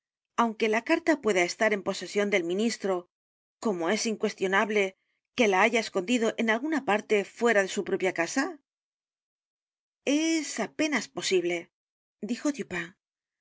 aunque la carta pueda estar en la posesión del ministro como es incuestionable que la haya escondido en alguna parte fuera de su propia casa es apenas posible dijo